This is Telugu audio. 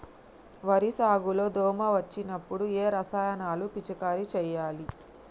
వరి సాగు లో దోమ వచ్చినప్పుడు ఏ రసాయనాలు పిచికారీ చేయాలి?